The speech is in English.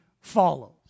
follows